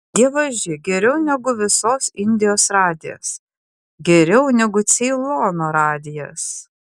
dievaži geriau negu visos indijos radijas geriau negu ceilono radijas